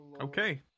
Okay